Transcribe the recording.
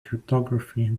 cryptography